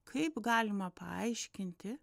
kaip galima paaiškinti